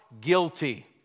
guilty